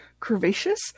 curvaceous